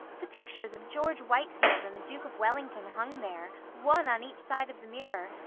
the pictures of george whitefield and the duke of wellington hung there, one on each side of the mirror,